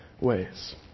ways